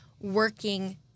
working